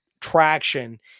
traction